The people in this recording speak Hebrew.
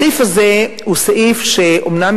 הסעיף הזה הוא סעיף שאומנם,